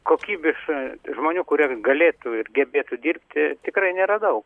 kokybiš žmonių kurie galėtų ir gebėtų dirbti tikrai nėra daug